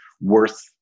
worth